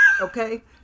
Okay